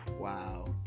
Wow